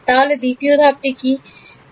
তাহলে দ্বিতীয় ধাপটি কি হবে